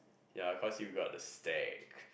ya cause you got to steak